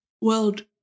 world